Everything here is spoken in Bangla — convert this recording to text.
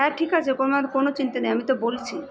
হ্যাঁ ঠিক আছে তোমার কোনো চিন্তা নেই আমি তো বলছি